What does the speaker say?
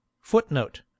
Footnote